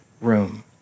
room